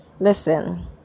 Listen